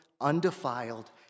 undefiled